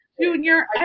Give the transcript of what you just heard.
junior